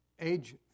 age